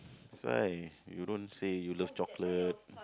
that's why you don't say you love chocolate